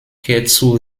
hierzu